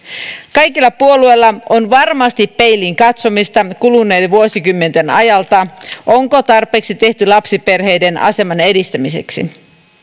kaikilla puolueilla on varmasti peiliin katsomista kuluneiden vuosikymmenten ajalta onko tarpeeksi tehty lapsiperheiden aseman edistämiseksi